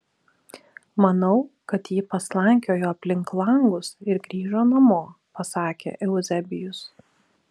manau kad ji paslankiojo aplink langus ir grįžo namo pasakė euzebijus